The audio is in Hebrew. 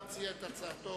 להציע את הצעתו.